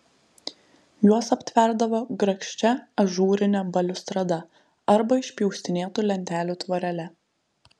juos aptverdavo grakščia ažūrine baliustrada arba išpjaustinėtų lentelių tvorele